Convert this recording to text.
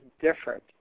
different